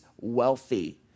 wealthy